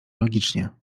logicznie